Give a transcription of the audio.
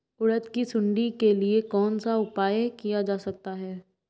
उड़द की सुंडी के लिए कौन सा उपाय किया जा सकता है?